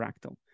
fractal